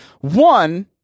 one